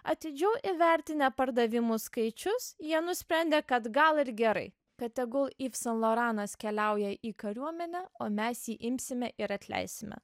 atidžiau įvertinę pardavimų skaičius jie nusprendė kad gal ir gerai kad tegul iv san loranas keliauja į kariuomenę o mes jį imsime ir atleisime